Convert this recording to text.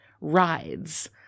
rides